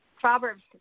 Proverbs